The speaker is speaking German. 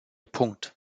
punkt